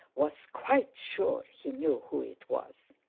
was quite sure he knew who it was.